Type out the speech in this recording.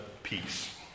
peace